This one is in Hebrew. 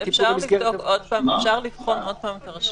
טיפול במסגרת --- אפשר לבחון עוד פעם את הרשימה.